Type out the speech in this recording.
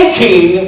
king